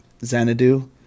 Xanadu